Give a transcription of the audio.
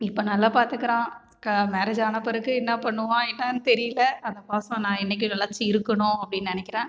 இப்ப நல்லா பார்த்துக்குறான் க மேரேஜ் ஆன பிறகு என்ன பண்ணுவான் என்னென்னு தெரியல அந்த பாசம் நான் என்னைக்கும் நிலச்சி இருக்கணு அப்படினு நினைக்குறேன்